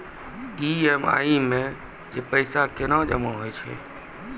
EMI मे जे पैसा केना जमा होय छै?